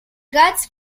gats